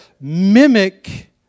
mimic